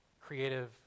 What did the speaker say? creative